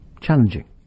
challenging